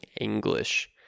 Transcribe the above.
English